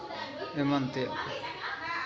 ᱮᱢᱟᱱ ᱛᱮᱭᱟᱜ ᱠᱚ